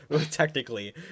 technically